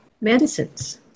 medicines